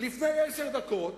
לפני עשר דקות